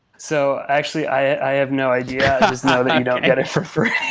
so actually, i have no idea. i just know that you don't get it for free.